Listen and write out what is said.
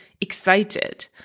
excited